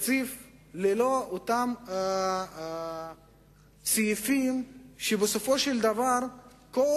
תקציב ללא אותם סעיפים שבסופו של דבר כל